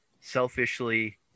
selfishly